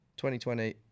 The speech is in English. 2020